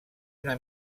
una